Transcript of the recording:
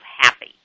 happy